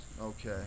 Okay